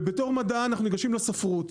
ובתור מדע אנחנו ניגשים לספרות,